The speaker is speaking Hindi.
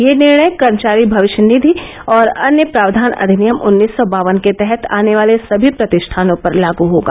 यह निर्णय कर्मचारी भविष्य निधि और अन्य प्रावधान अधिनियम उन्नीस सौ बावन के तहत आने वाले सभी प्रतिष्ठानों पर लागू होगा